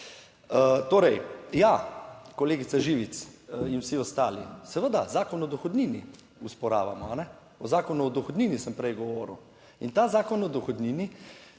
Torej, ja, kolegica Živec in vsi ostali, seveda Zakon o dohodnini osporavamo, o Zakonu o dohodnini sem prej govoril in ta Zakon o dohodnini,